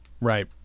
right